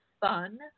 fun